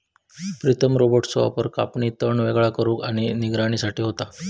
प्रीतम रोबोट्सचो वापर कापणी, तण वेगळा करुक आणि निगराणी साठी होता